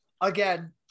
again